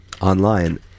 online